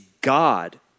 God